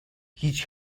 هیچ